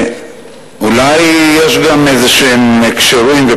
ואולי יש גם הקשרים כלשהם,